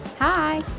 Hi